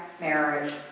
marriage